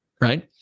right